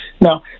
now